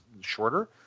shorter